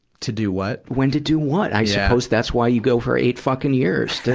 to do what, when to do what? i suppose that's why you go for eight fucking years to